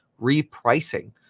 repricing